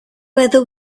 whether